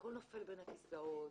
הכל נופל בין הכיסאות,